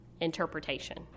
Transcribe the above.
interpretation